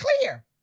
clear